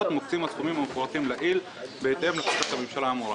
מוקצים הסכומים המפורטים לעיל בהתאם להחלטת הממשלה האמורה.